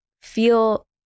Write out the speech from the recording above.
feel